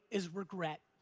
is regret.